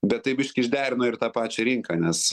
bet tai biškį išderino ir tą pačią rinką nes